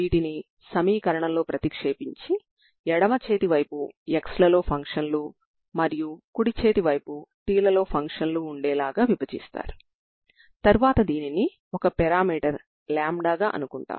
మీరు తరంగ సమీకరణాలను కలిగి ఉన్నారు మరియు ఇవి ఈ అనంతమైన స్ట్రిప్ లో ప్రారంభ నియమాలు ux0fx మరియు utx0g ని సంతృప్తి చెందుతాయని కూడా ఇవ్వబడింది